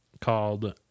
called